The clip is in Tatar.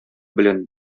белән